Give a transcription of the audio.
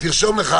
תרשום לך,